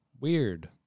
weird